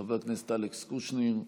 חבר הכנסת אלכס קושניר,